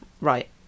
right